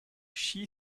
shi